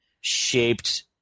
shaped